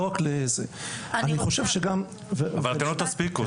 לא תספיקו.